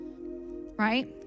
right